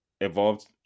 evolved